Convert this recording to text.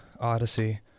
Odyssey